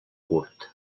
curt